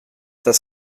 das